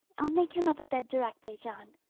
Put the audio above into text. i'll make him up a bed directly, john.